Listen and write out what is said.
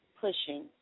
pushing